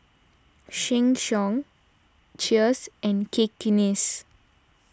Sheng Siong Cheers and Cakenis